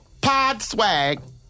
Podswag